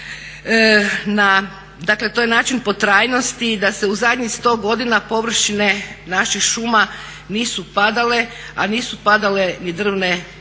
dakle to je način potrajnosti da se u zadnjih 100 godina površine naših šuma nisu padale a nisu padale ni drvne zalihe.